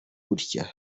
gutya